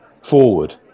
forward